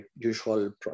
usual